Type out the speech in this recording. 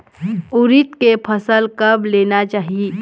उरीद के फसल कब लेना चाही?